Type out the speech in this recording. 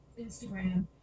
Instagram